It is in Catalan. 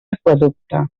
aqüeducte